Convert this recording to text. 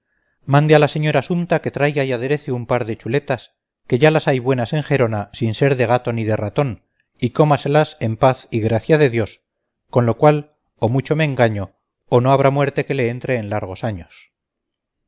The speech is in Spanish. mande a la señora sumta que traiga y aderece un par de chuletas que ya las hay buenas en gerona sin ser de gato ni de ratón y cómaselas en paz y gracia de dios con lo cual o mucho me engaño o no habrá muerte que le entre en largos años